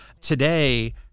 Today